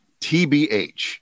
TBH